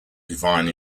define